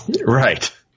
Right